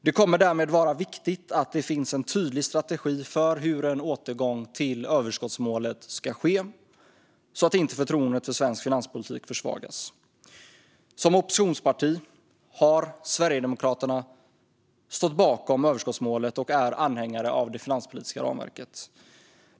Det kommer därmed att vara viktigt att det finns en tydlig strategi för hur en återgång till överskottsmålet ska ske så att förtroendet för svensk finanspolitik inte försvagas. Som oppositionsparti har Sverigedemokraterna stått bakom överskottsmålet och är anhängare av det finanspolitiska ramverket.